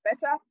better